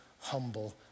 humble